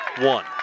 one